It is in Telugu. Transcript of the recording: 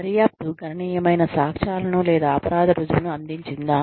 దర్యాప్తు గణనీయమైన సాక్ష్యాలను లేదా అపరాధ రుజువును అందించిందా